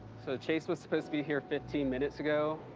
so, chase was supposed to be here fifteen minutes ago.